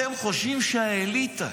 אתם חושבים שהאליטה